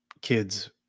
kids